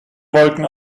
wolken